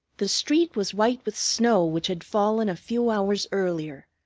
the street was white with snow which had fallen a few hours earlier,